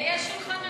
יש שולחן ממשלה.